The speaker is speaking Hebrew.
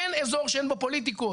אין אזור שאין בו פוליטיקות.